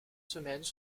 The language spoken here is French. semaines